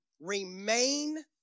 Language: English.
remain